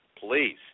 please